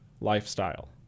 lifestyle